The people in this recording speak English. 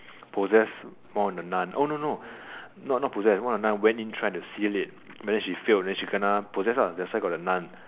possess all the nun oh no no no not possess one of the nun went in try to seal it but then she failed then she kena possess ah that's why got the nun